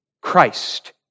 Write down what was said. Christ